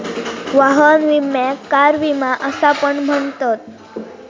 वाहन विम्याक कार विमा असा पण म्हणतत